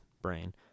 brain